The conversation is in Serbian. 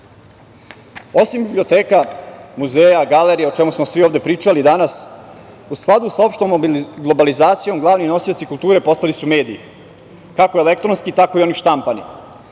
biblioteka, muzeja, galerija, o čemu smo svi ovde pričali danas, u skladu sa opštom globalizacijom glavni nosioci kulture postali su mediji kako elektronski tako i onih štampani. Srbija